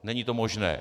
Není to možné.